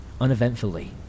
Uneventfully